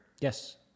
yes